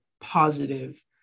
positive